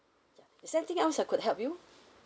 is there anything else I could help you